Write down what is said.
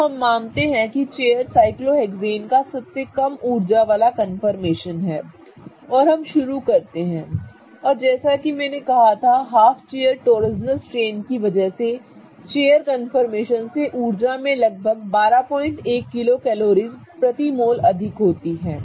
तो हम मानते हैं कि चेयर साइक्लोहेक्सेन का सबसे कम ऊर्जा वाला कन्फर्मेशन है और हम शुरू करते हैं और जैसा कि मैंने कहा था कि हाफ चेयर टॉर्सनल स्ट्रेन की वजह से चेयर कन्फर्मेशन से ऊर्जा में लगभग 121 किलोकैलोरीज़ प्रति मोल अधिक होती है